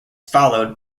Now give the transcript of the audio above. followed